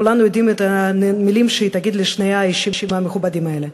כולנו יודעים מה המילים שהיא תגיד לשני האישים המכובדים האלה.